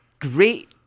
Great